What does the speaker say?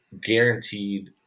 guaranteed